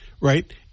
right